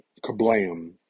Kablam